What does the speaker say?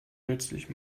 nützlich